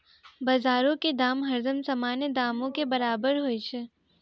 बजारो के दाम हरदम सामान्य दामो के बराबरे होय छै